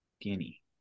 Guinea